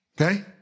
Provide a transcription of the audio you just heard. Okay